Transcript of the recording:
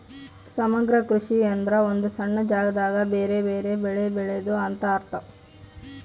ಸಮಗ್ರ ಕೃಷಿ ಎಂದ್ರ ಒಂದು ಸಣ್ಣ ಜಾಗದಾಗ ಬೆರೆ ಬೆರೆ ಬೆಳೆ ಬೆಳೆದು ಅಂತ ಅರ್ಥ